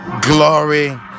glory